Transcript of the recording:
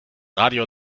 radio